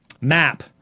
map